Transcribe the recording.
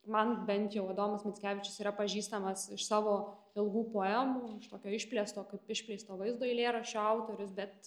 man bent jau adomas mickevičius yra pažįstamas iš savo ilgų poemų šitokio išplėsto kaip išpleisto vaizdo eilėraščių autorius bet